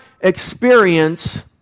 experience